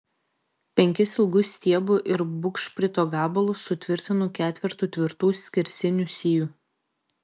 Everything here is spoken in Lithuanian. penkis ilgus stiebo ir bugšprito gabalus sutvirtinu ketvertu tvirtų skersinių sijų